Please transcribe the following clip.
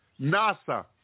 NASA